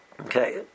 Okay